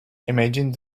imagine